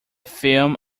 film